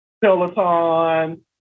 Peloton